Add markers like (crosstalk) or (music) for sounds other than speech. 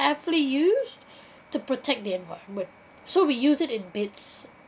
aptly used (breath) to protect the environment so we use it in bits